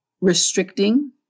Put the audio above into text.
restricting